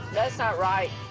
that's not right.